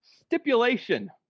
stipulation